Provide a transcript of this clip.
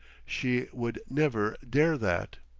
she would never dare that.